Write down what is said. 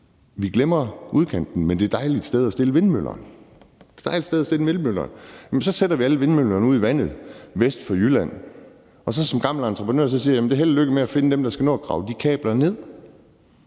Vi glemmer udkanten, men det er et dejligt sted at stille vindmøllerne, det er et dejligt sted at stille vindmøllerne. Så sætter vi alle vindmøllerne ud i vandet vest for Jylland. Som gammel entreprenør siger jeg: Held og lykke med at finde dem, der skal nå at grave de kabler ned.